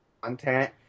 content